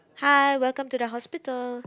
hi welcome to the hospital